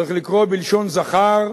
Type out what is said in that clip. צריך לקרוא בלשון זכר: